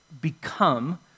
become